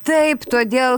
taip todėl